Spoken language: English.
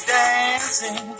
dancing